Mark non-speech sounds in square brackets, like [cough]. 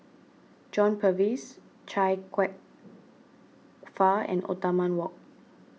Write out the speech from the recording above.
John Purvis Chia Kwek Fah and [unintelligible] Wok